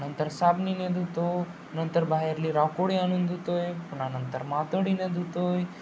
नंतर साबणाने धुतो नंतर बाहेरली राखुंडी आणून धुतो आहे पुन्हा नंतर मातोडीने धुतो आहे